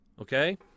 okay